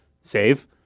save